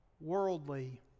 worldly